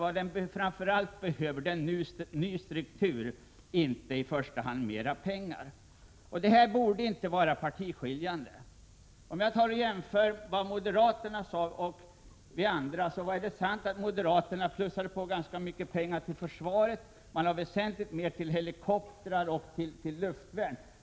Vad den framför allt behöver tror jag är en ny struktur och inte i första hand mera pengar. Det här borde inte vara partiskiljande. Vid en jämförelse med vad moderaterna sade och vad vi andra sade inför fjolårets försvarsbeslut kan jag konstatera att det är sant att moderaterna plussade på med ganska mycket pengar till försvaret. Moderaterna ville för armén satsa väsentligt mer på helikoptrar och på luftvärnet.